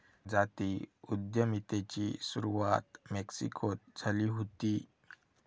जाती उद्यमितेची सुरवात मेक्सिकोत झाली हुती